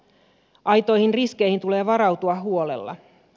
aitoihin riskeihin tulee varautua huolella